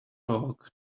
talk